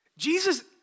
Jesus